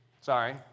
Sorry